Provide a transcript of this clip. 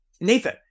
Nathan